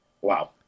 wow